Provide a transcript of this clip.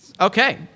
Okay